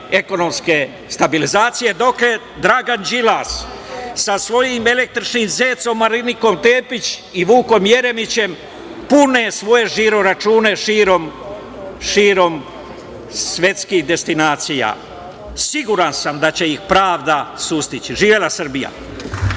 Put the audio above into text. ekonomske stabilizacije, dotle Dragan Đilas sa svojim električnim zecom Marinikom Tepić i Vukom Jeremićem pune svoje žiro-račune širom svetskih destinacija. Siguran sam da će ih pravda sustići. Živela Srbija!